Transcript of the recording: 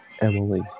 Emily